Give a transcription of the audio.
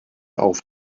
auf